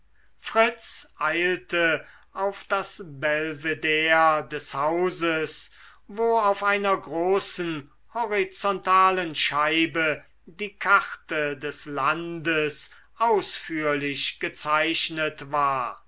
fritz eilte auf das belvedere des hauses wo auf einer großen horizontalen scheibe die karte des landes ausführlich gezeichnet war